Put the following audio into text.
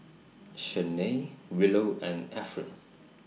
Shanae Willow and Efren